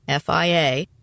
FIA